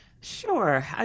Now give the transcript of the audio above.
Sure